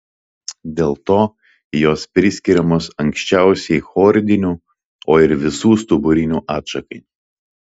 dėl to jos priskiriamos anksčiausiai chordinių o ir visų stuburinių atšakai